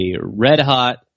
red-hot